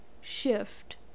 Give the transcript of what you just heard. shift